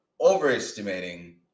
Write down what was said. overestimating